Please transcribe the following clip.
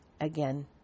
Again